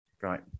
Right